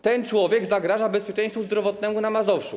Ten człowiek zagraża bezpieczeństwu zdrowotnemu na Mazowszu.